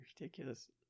Ridiculous